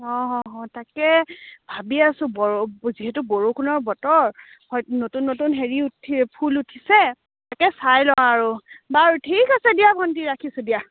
অ হ হ হ তাকে ভাবি আছোঁ যিহেতু বৰষুণৰ বতৰ নতুন নতুন হেৰি ফুল উঠিছে তাকে চাই লওঁ আৰু বাৰু ঠিক আছে ভণ্টি ৰাখিছোঁ দিয়া